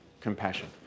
compassion